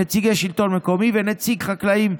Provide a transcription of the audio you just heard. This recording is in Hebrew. נציגי שלטון מקומי ונציג חקלאים,